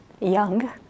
young